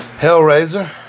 Hellraiser